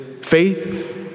faith